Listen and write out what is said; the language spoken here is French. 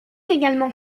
également